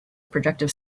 projective